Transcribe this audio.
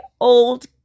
old